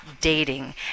dating